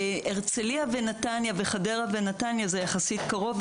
הרצליה ונתניה וחדרה ונתניה זה יחסית קרוב,